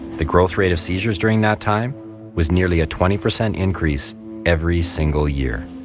the growth rate of seizures during that time was nearly a twenty percent increase every single year.